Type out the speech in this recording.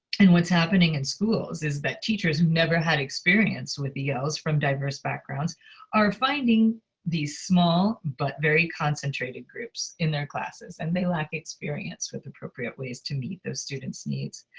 and what's happening in schools is that teachers who've never had experience with els from diverse backgrounds are finding these small but very concentrated groups in their classes, and they lack experience with appropriate ways to meet those students' needs.